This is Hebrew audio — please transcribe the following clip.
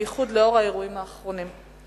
בייחוד לאור האירועים האחרונים.